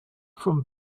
from